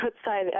outside